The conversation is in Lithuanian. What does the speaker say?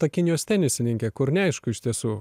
ta kinijos tenisininkė kur neaišku iš tiesų